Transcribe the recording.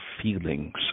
feelings